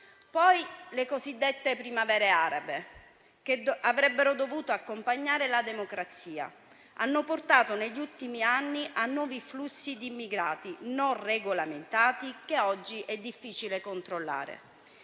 Poi le cosiddette primavere arabe, che avrebbero dovuto accompagnare la democrazia, hanno portato negli ultimi anni a nuovi flussi di immigrati non regolamentati, che oggi è difficile controllare.